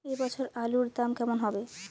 এ বছর আলুর দাম কেমন হবে?